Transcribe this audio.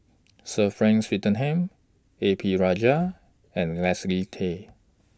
Sir Frank Swettenham A P Rajah and Leslie Tay